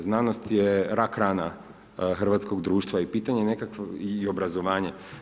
Znanost je rak rana hrvatskog društva i pitanje nekakvog obrazovanja.